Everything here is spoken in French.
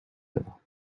œuvres